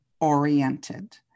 oriented